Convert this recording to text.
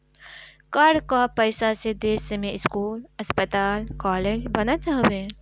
कर कअ पईसा से देस में स्कूल, अस्पताल कालेज बनत हवे